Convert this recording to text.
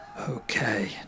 Okay